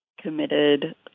committed